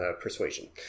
persuasion